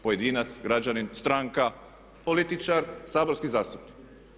Pojedinac, građanin, stranka, političar, saborski zastupnik.